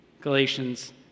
Galatians